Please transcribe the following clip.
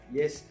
Yes